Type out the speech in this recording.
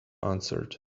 answered